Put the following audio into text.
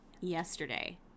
yesterday